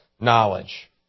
knowledge